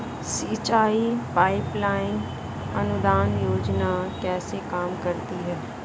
सिंचाई pipeline अनुदान योजना कैसे काम करती है?